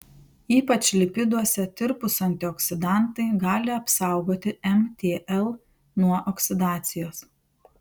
ypač lipiduose tirpūs antioksidantai gali apsaugoti mtl nuo oksidacijos